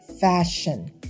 fashion